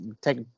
Take